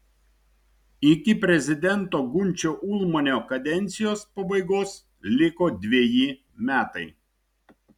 iki prezidento gunčio ulmanio kadencijos pabaigos liko dveji metai